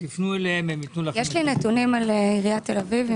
תפנו אליהם והם יתנו לכם --- יש לי נתונים על עיריית תל אביב.